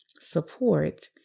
support